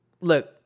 look